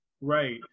Right